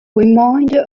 remainder